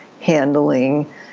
handling